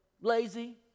lazy